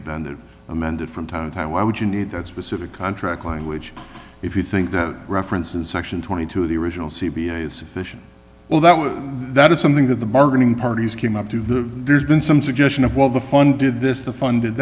abandoned amended from time to time why would you need that specific contract language if you think that references section twenty two of the original c b i is sufficient well that was that is something that the bargaining parties came up to the there's been some suggestion of well the fund did this the funded